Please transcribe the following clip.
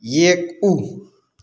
ꯌꯦꯛ ꯎ